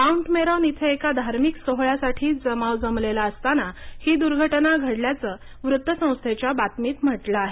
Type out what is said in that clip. mount Meron इथे एका धार्मिक सोहोळ्यासाठी जमाव जमलेला असताना ही दुर्घटना घडल्याचं वृत्तसंस्थेच्या बातमीत म्हटलं आहे